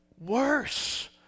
worse